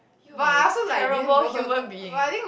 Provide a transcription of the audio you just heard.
you are a terrible human being